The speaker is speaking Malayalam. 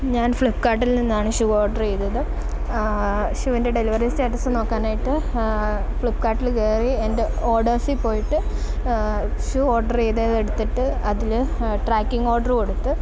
ഞാൻ ഫ്ലിപ്കാർട്ടിൽ നിന്നാണ് ഷൂ ഓഡർ ചെയ്തത് ഷൂവിൻ്റെ ഡെലിവറി സ്റ്റാറ്റസ് നോക്കാനായിട്ട് ഫ്ലിപ്കാർട്ടിൽ കയറി എൻ്റെ ഓഡേഴ്സിൽ പോയിട്ട് ഷൂ ഓർഡർ ചെയ്തത് എടുത്തിട്ട് അതിൽ ട്രാക്കിങ് ഓർഡറ് കൊടുത്ത്